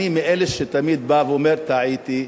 אני מאלה שתמיד בא ואומר "טעיתי",